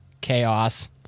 chaos